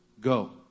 go